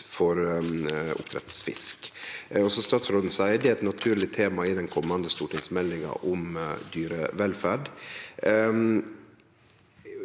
for oppdrettsfisk. Statsråden seier det er eit naturleg tema i den komande stortingsmeldinga om dyrevelferd.